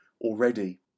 already